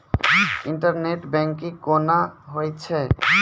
Internet banking कोना होय छै?